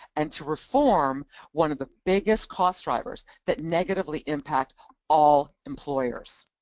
and to reform one of the biggest cost drivers that negatively impact all employers.